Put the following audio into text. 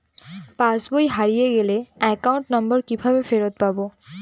পাসবই হারিয়ে গেলে account number কিভাবে ফেরত পাব?